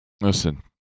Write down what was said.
Listen